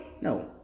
No